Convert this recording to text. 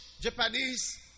Japanese